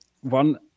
one